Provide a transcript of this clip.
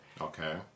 Okay